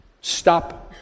Stop